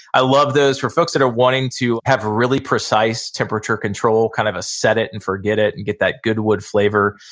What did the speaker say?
i love those. for folks that are wanting to have really precise temperature control kind of a set it and forget it and get that good wood flavor,